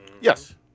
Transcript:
Yes